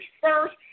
first